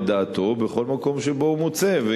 דעתו בכל מקום שבו הוא מוצא זאת לנכון,